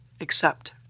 accept